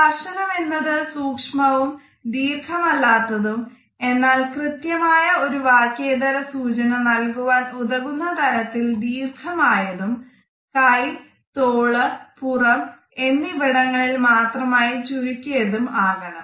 സ്പർശനം എന്നത് സൂക്ഷ്മവും ദീർഘം അല്ലാത്തതും എന്നാൽ കൃത്യമായ ഒരു വാക്യേതര സൂചന നൽകുവാൻ ഉതകുന്ന തരത്തിൽ ദീർഘം ആയതും കൈ തോള് പുറം എന്നിവിടങ്ങളിൽ മാത്രമായി ചുരുങ്ങിയതും ആകണം